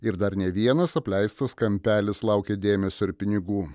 ir dar ne vienas apleistas kampelis laukia dėmesio ir pinigų